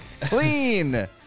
clean